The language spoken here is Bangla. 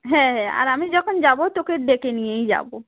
হ্যাঁ হ্যাঁ আর আমি যখন যাব তোকে ডেকে নিয়েই যাব